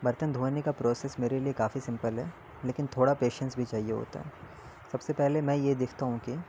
برتن دھونے کا پروسیس میرے لیے کافی سمپل ہے لیکن تھوڑا پیشنس بھی چاہیے ہوتا ہے سب سے پہلے میں یہ دیکھتا ہوں کہ